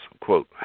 quote